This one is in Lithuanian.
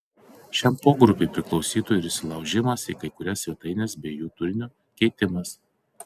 šiam pogrupiui priklausytų ir įsilaužimas į kai kurias svetaines bei jų turinio keitimas